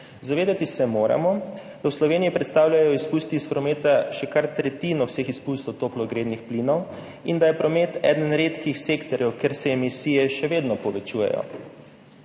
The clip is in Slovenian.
Zavedati se moramo, da v Sloveniji predstavljajo izpusti iz prometa še kar tretjino vseh izpustov toplogrednih plinov in da je promet eden redkih sektorjev, kjer se emisije še vedno povečujejo.